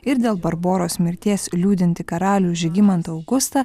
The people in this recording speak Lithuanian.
ir dėl barboros mirties liūdintį karalių žygimantą augustą